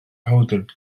powdr